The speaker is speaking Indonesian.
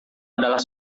adalah